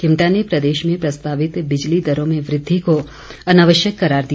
किमटा ने प्रदेश में प्रस्तावित बिजली दरों में वृद्धि को अनावश्यक करार दिया